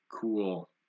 cool